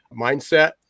mindset